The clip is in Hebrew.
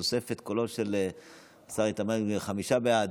ובתוספת קולו של השר איתמר בן גביר, חמישה בעד,